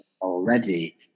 already